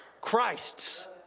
Christs